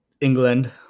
England